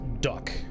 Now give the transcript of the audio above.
duck